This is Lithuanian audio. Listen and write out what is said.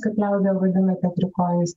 kaip liaudyje vadinate trikojais